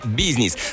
business